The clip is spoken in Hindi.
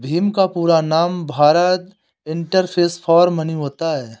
भीम का पूरा नाम भारत इंटरफेस फॉर मनी होता है